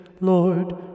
Lord